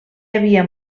havia